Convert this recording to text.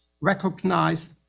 recognize